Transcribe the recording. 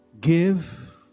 give